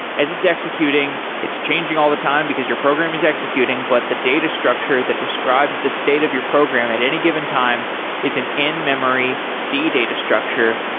as it's executing, it's changing all the time because your program is executing, but the data structure that describes the state of your program at any given time is an in memory c data structure.